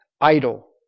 idle